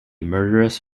murderous